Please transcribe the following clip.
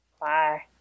Bye